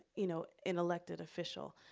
you know, an elected official.